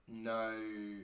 No